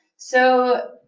so